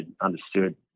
understood